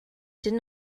did